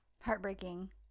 heartbreaking